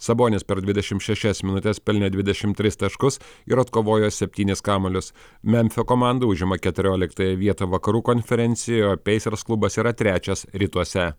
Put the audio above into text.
sabonis per dvidešimt šešias minutes pelnė dvidešimt tris taškus ir atkovojo septynis kamuolius memfio komanda užima keturioliktąją vietą vakarų konferencijoj o peisers klubas yra trečias rytuose